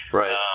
right